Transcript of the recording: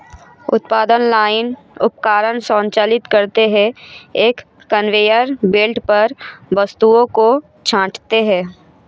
उत्पादन लाइन उपकरण संचालित करते हैं, एक कन्वेयर बेल्ट पर वस्तुओं को छांटते हैं